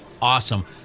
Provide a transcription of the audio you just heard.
awesome